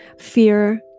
fear